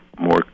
more